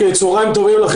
צהריים טובים.